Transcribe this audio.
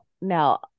now